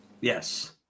Yes